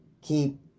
keep